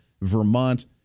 Vermont